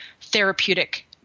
therapeutic